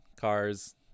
Cars